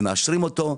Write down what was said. מאשרים אותו.